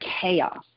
chaos